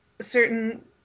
certain